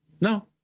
No